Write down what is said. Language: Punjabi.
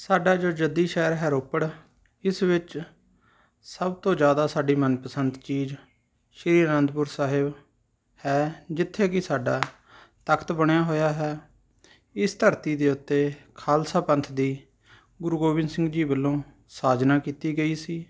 ਸਾਡਾ ਜੋ ਜੱਦੀ ਸ਼ਹਿਰ ਹੈ ਰੋਪੜ ਇਸ ਵਿੱਚ ਸਭ ਤੋਂ ਜ਼ਿਆਦਾ ਸਾਡੀ ਮਨਪਸੰਦ ਚੀਜ਼ ਸ੍ਰੀ ਅਨੰਦਪੁਰ ਸਾਹਿਬ ਹੈ ਜਿੱਥੇ ਕਿ ਸਾਡਾ ਤਖ਼ਤ ਬਣਿਆ ਹੋਇਆ ਹੈ ਇਸ ਧਰਤੀ ਦੇ ਉੱਤੇ ਖਾਲਸਾ ਪੰਥ ਦੀ ਗੁਰੂ ਗੋਬਿੰਦ ਸਿੰਘ ਜੀ ਵੱਲੋਂ ਸਾਜਨਾ ਕੀਤੀ ਗਈ ਸੀ